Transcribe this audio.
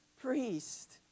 priest